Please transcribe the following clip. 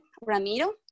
Ramiro